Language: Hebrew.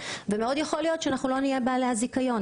ומאוד יכול להיות שאז כבר לא נהיה בעלי הזיכיון,